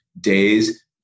days